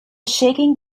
shaking